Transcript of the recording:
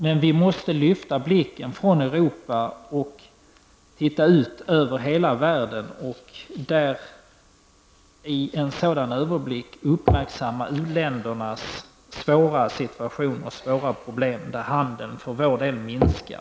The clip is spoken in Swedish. Men vi måste lyfta blicken från Europa och titta ut över hela världen och i en sådan överblick uppmärksamma den svåra situationen och de svåra problemen i u-länderna, med vilka handeln för vår del minskar.